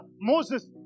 Moses